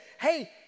hey